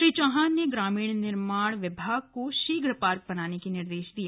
श्री चौहान ने ग्रामीण निर्माण विभाग को शीघ्र पार्क बनाने के भी निर्देश दिए